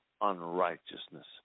unrighteousness